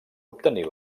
obtenir